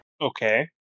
Okay